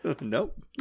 Nope